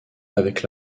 avec